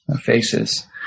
faces